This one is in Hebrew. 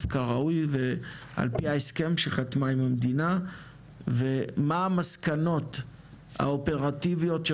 כראוי ועל פי ההסכם שחתמה עם המדינה ומה המסקנות האופרטיביות של